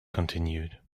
continued